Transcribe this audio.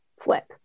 flip